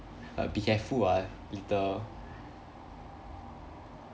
but be careful ah later